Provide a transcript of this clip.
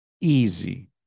easy